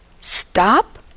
Stop